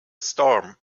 storm